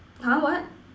!huh! what